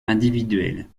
individuelle